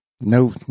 no